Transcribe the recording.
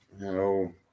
No